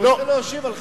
אני רוצה להשיב על חלקי.